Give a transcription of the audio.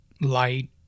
light